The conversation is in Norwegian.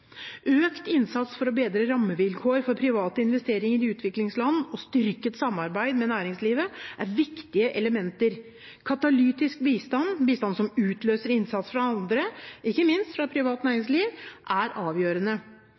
Økt innsats for å bedre rammevilkår for private investeringer i utviklingsland og styrket samarbeid med næringslivet er viktige elementer. Katalytisk bistand, bistand som utløser innsats fra andre, ikke minst fra privat næringsliv, er avgjørende.